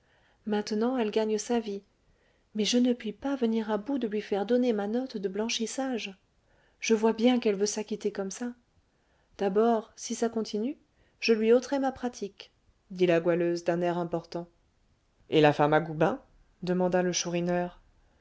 maintenant elle gagne sa vie mais je ne puis pas venir à bout de lui faire donner ma note de blanchissage je vois bien qu'elle veut s'acquitter comme ça d'abord si ça continue je lui ôterai ma pratique dit la goualeuse d'un air important et la femme à goubin demanda le